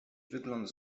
wygląd